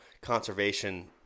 conservation